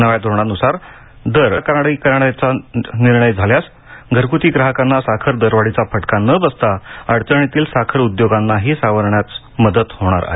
नव्या धोरणानुसार दर आकारणी करण्याचा निर्णय झाल्यास घरगुती ग्राहकांना साखर दरवाढीचा फटका न बसता अडचणीतील साखर उद्योगही सावरण्यास मदत होणार आहे